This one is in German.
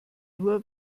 nur